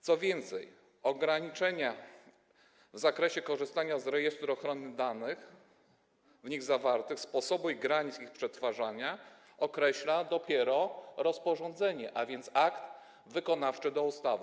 Co więcej, ograniczenia w zakresie korzystania z rejestru, ochrony danych w nich zawartych, sposobu i granic ich przetwarzania określi dopiero rozporządzenie, a więc akt wykonawczy do ustawy.